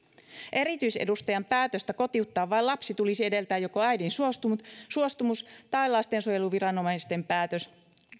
erityisedustajan päätöstä kotiuttaa vain lapsi tulisi edeltää joko äidin suostumus suostumus tai lastensuojeluviranomaisten päätös